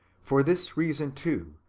for this reason, too,